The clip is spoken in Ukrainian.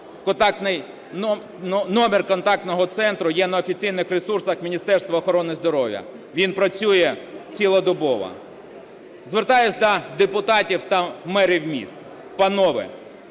Номер контактного центру є на офіційних ресурсах Міністерства охорони здоров'я, він працює цілодобово. Звертаюся до депутатів та мерів міст. Панове,